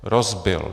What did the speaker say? Rozbil!